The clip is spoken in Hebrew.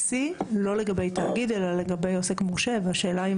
עד 2026 לגבי ההיתר